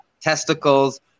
testicles